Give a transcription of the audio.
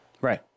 Right